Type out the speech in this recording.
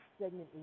segment